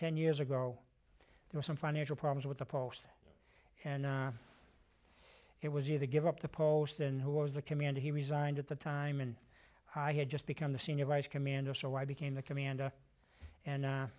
ten years ago there were some financial problems with the post and it was either give up the post and who was the commander he resigned at the time and i had just become the senior vice commander so i became the commander and